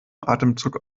atemzug